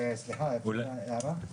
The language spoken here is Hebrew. סליחה, אפשר הערה?